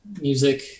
music